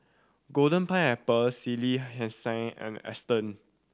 Golden Pineapple Sally Hansen and Aston